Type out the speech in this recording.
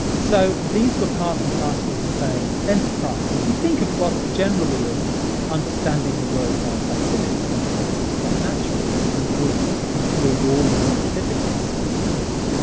so these were part and parcel of the same enterprise. if you think of philosophy generally as understanding the world and our place in it, then of course it's quite natural that you would include all these activities in it.